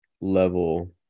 level